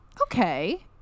Okay